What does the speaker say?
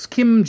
Kim